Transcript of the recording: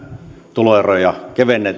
tuloeroja